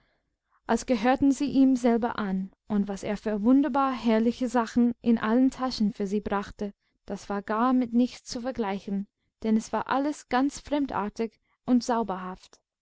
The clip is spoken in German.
als gehörten sie ihm selber an und was er für wunderbar herrliche sachen in allen taschen für sie brachte das war gar mit nichts zu vergleichen denn es war alles ganz fremdartig und